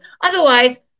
Otherwise